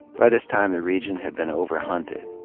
by this time, the region had been over-hunted.